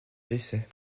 décès